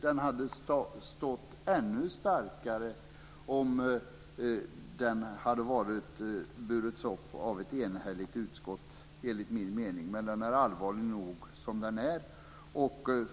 Den hade stått ännu starkare om kritiken hade burits upp av ett enhälligt utskott. Men kritiken är allvarlig nog som den är.